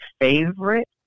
favorite